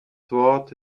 sword